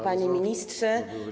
Panie Ministrze!